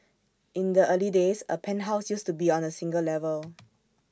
in the early days A penthouse used to be on A single level